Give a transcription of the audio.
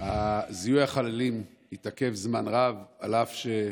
זיהוי החללים התעכב זמן רב על אף,